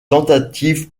tentatives